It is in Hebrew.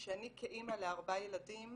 שאני כאימא לארבעה ילדים